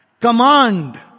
command